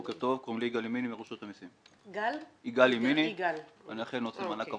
אני אחראי על מערך מענק העבודה.